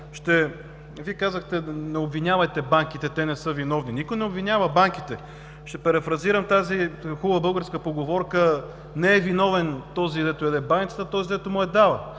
Вие казахте: „Не обвинявайте банките, те не са виновни“. Никой не обвинява банките. Ще перифразирам тази хубава българска поговорка: „Не е виновен този, дето яде баницата, а този, дето му я дава“.